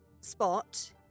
spot